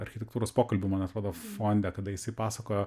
architektūros pokalbių man atrodo fonde kada jisai pasakojo